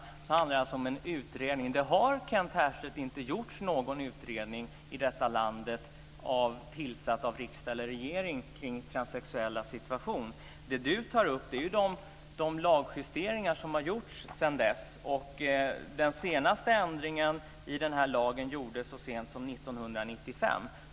Det handlar alltså om en utredning. Det har, Kent Härstedt, inte gjorts någon utredning i detta land tillsatt av riksdag eller regering kring transsexuellas situation. Det som Kent Härstedt tar upp är de lagjusteringar som har gjorts sedan dess. Den senaste ändringen i lagen gjordes så sent som 1995.